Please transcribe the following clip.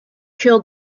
killed